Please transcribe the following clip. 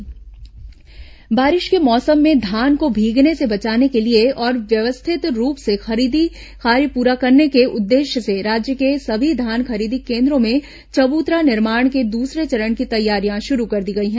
चबूतरा निर्माण बारिश के मौसम में धान को भीगने से बचाने के लिए और व्यवस्थित रूप से खरीदी कार्य पूरा करने को उद्देश्य से राज्य के सभी धान खरीदी केन्द्रों में चबूतरा निर्माण के दूसरे चरण की तैयारियां शुरू कर दी गई हैं